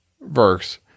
verse